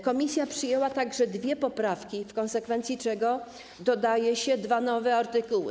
Komisja przyjęła także dwie poprawki, w konsekwencji czego dodaje się dwa nowe artykuły.